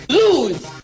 Lose